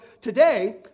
today